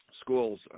Schools